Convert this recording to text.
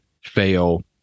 fail